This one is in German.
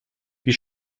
die